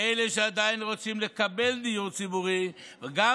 לאלה שעדיין רוצים לקבל דיור ציבורי וגם